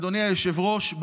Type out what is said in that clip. אדוני היושב-ראש,